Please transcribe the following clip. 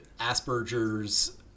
Asperger's